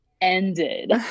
ended